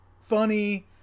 funny